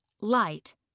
light